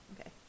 Okay